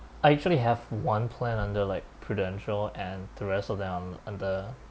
I actually have one plan under like Prudential and the rest of them um under